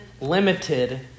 limited